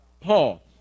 Paul